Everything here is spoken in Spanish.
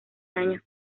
años